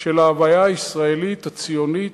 של ההוויה הישראלית, הציונית,